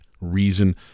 reason